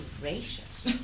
gracious